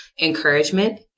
encouragement